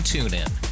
TuneIn